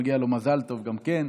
ומגיע לו מזל טוב גם כן.